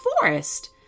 forest